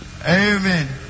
Amen